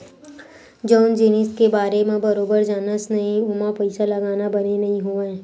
जउन जिनिस के बारे म बरोबर जानस नइ ओमा पइसा लगाना बने नइ होवय